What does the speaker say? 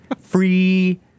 free